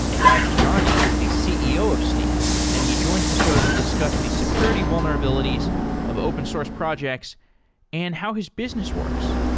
guy podjarny is the ceo of sneak and he joins the show to discuss the security vulnerabilities of open source projects and how his business works.